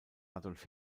adolf